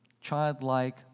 childlike